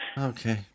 Okay